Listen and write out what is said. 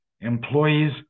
Employees